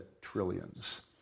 trillions